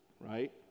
right